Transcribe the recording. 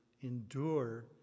endure